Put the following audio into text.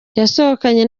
yasohokanye